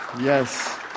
Yes